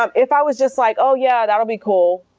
um if i was just like, oh yeah, that'll be cool,